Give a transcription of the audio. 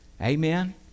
Amen